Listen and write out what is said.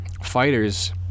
fighters